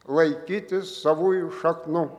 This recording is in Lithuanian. laikytis savųjų šaknų